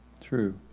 True